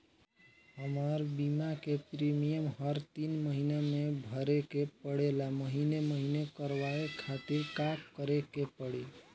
हमार बीमा के प्रीमियम हर तीन महिना में भरे के पड़ेला महीने महीने करवाए खातिर का करे के पड़ी?